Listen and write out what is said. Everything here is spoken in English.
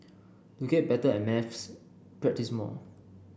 to get better at maths practise more